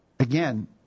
Again